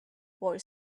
boy